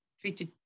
treated